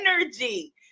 energy